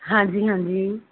ਹਾਂਜੀ ਹਾਂਜੀ